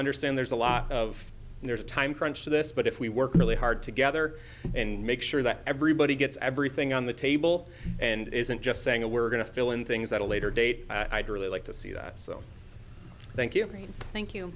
understand there's a lot of there's a time crunch to this but if we work really hard together and make sure that everybody gets everything on the table and isn't just saying a word going to fill in things at a later date i'd really like to see that so thank you thank you